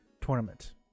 tournament